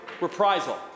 reprisal